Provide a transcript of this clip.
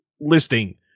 listing